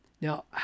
Now